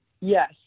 yes